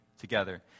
together